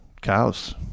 cows